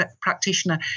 practitioner